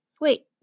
Wait